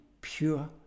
pure